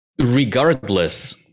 regardless